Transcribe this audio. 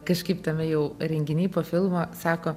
kažkaip tame jau renginiai po filmo sako